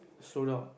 slow down